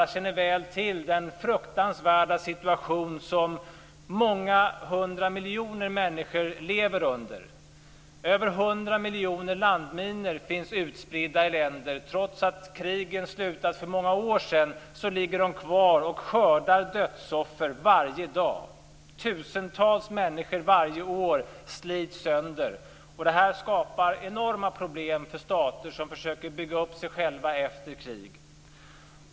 Vi känner alla väl till den fruktansvärda situation som många hundra miljoner människor lever i. Över hundra miljoner landminor finns utspridda i olika länder. Trots att krigen slutat för många år sedan ligger de kvar och skördar dödsoffer varje dag. Tusentals människor slits varje år sönder. Detta skapar enorma problem för stater som försöker bygga upp sig själva efter krig.